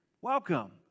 welcome